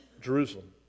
Jerusalem